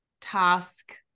task